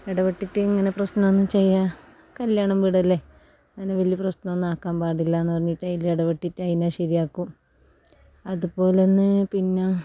ഇടപെട്ടിട്ടിങ്ങനെ പ്രശ്നമൊന്നും ചെയ്യുക കല്യാണ വീടല്ലേ അങ്ങനെ വലിയ പ്രശ്നമൊന്നും ആക്കാൻ പാടില്ലയെന്ന് പറഞ്ഞിട്ട് അതിൽ ഇടപെട്ടിട്ട് അതിനെ ശരിയാക്കും അതുപോലെതന്നെ പിന്നെ